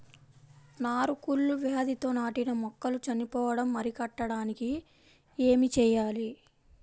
నారు కుళ్ళు వ్యాధితో నాటిన మొక్కలు చనిపోవడం అరికట్టడానికి ఏమి చేయాలి?